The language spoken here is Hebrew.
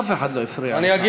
אף אחד לא הפריע לך.